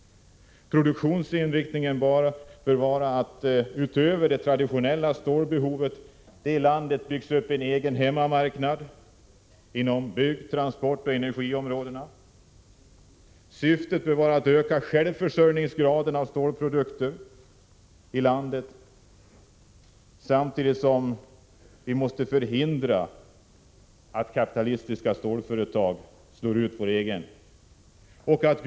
—- Produktionsinriktningen bör vara att, utöver att tillfredsställa traditionella stålbehov, i landet bygga upp en hemmamarknad inom bygg-, transportoch energiområdena. — Syftet bör vara att öka graden av självförsörjning av stålprodukter i landet, samtidigt som vi måste hindra att kapitalistiska stålföretag slår ut vår stålindustri.